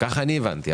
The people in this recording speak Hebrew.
ככה אני הבנתי.